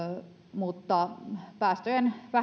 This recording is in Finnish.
mutta päästöjen